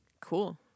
Cool